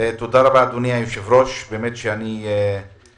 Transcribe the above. תודה רבה, אדוני היושב-ראש, אני אקצר.